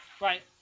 Right